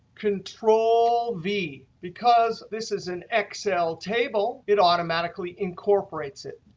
control v. because this is an excel table, it automatically incorporates it.